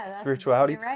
spirituality